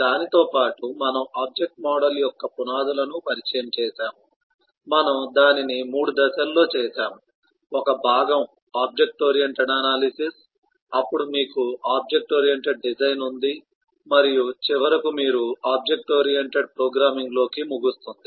దానితో పాటు మనము ఆబ్జెక్ట్ మోడల్ యొక్క పునాదులను పరిచయం చేసాము మనము దానిని మూడు దశల్లో చేసాము ఒక భాగం ఆబ్జెక్ట్ ఓరియెంటెడ్ అనాలిసిస్ అప్పుడు మీకు ఆబ్జెక్ట్ ఓరియెంటెడ్ డిజైన్ ఉంది మరియు చివరకు మీరు ఆబ్జెక్ట్ ఓరియెంటెడ్ ప్రోగ్రామింగ్లోకి ముగుస్తుంది